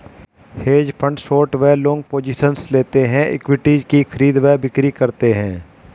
hedge fund short व long positions लेते हैं, इक्विटीज की खरीद व बिक्री करते हैं